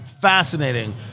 fascinating